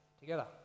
Together